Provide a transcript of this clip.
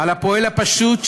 על הפועל הפשוט,